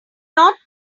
not